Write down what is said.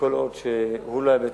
וכל עוד הוא לא היה בתפקיד,